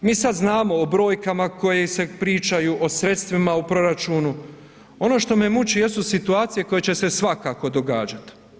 Mi sad znamo o brojkama koje se pričaju, o sredstvima u proračunu, ono što me muči jesu situacije koje će se svakako događat.